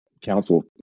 council